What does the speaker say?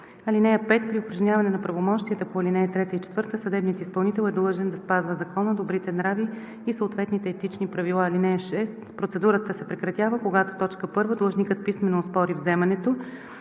ал. 3. (5) При упражняване на правомощията по ал. 3 и 4 съдебният изпълнител е длъжен да спазва закона, добрите нрави и съответните етични правила. (6) Процедурата се прекратява, когато: 1. длъжникът писмено оспори вземането